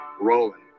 rolling